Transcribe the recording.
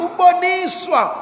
Uboniswa